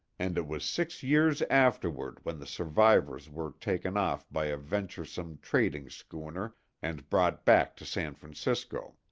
and it was six years afterward when the survivors were taken off by a venturesome trading schooner and brought back to san francisco.